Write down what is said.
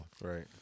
Right